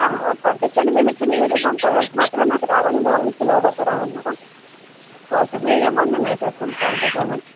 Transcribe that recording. okay పంపించండి మేము ఇచ్చిన యూనిఫామ్ కలర్స్ మాత్రం మాకు రావాలి లోగో విత్ లోగోతో రావాలి మేడం ఓకే మీ అమౌంట్ మేము వేస్తాం థ్యాంక్ యూ సో మచ్